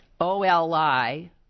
O-L-I